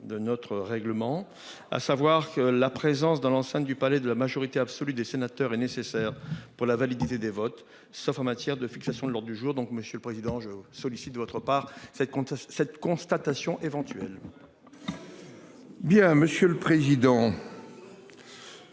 de notre règlement. À savoir que la présence dans l'enceinte du palais de la majorité absolue des sénateurs est nécessaire pour la validité des votes sauf en matière de fixation de l'lors du jour donc. Monsieur le Président, je sollicite de votre part cette conversation cette constatation éventuelle. Bien monsieur le président.